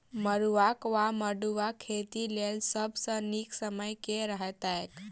मरुआक वा मड़ुआ खेतीक लेल सब सऽ नीक समय केँ रहतैक?